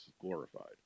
glorified